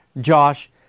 Josh